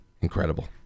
Incredible